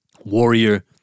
Warrior